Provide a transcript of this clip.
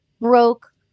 broke